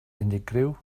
unigryw